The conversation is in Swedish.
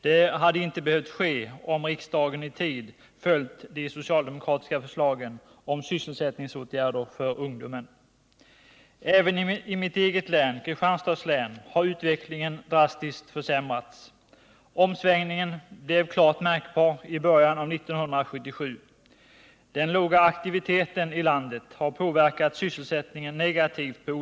Det hade inte behövt ske om riksdagen i tid följt de socialdemokratiska förslagen om sysselsättningsåtgärder för ungdomen. Även i mitt eget län, Kristianstads län, har utvecklingen drastiskt försämrats. Omsvängningen blev klart märkbar i början av 1977. Den låga aktiviteten i landet har på olika sätt påverkat sysselsättningen negativt.